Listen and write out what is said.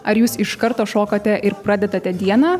ar jūs iš karto šokate ir pradedate dieną